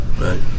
right